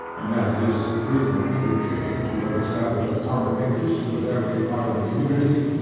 and as this frequent interchange will establish a common interest with every part of the community,